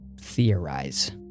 theorize